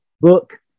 book